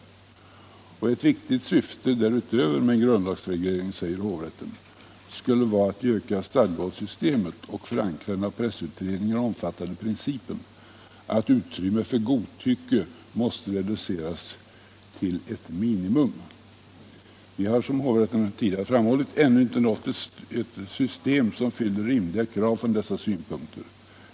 Hovrätten anför vidare: ”Ett annat viktigt syfte med en grundlagsreglering skulle vara att ge ökad stadga åt systemet att förankra den av pressutredningen omfattade principen, att utrymmet för godtycke måste reduceras till ett minimum. Vi har, som hovrätten redan framhållit, ännu inte nått ett system som fyller rimliga krav från dessa synpunkter.